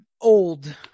old